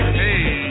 hey